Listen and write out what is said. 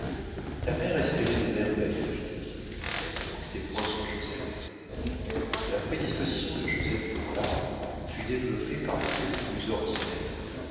la mère espérait des merveilles de philippe elle ne comptait point sur joseph la prédisposition de joseph pour l'art fut développée par le fait le plus ordinaire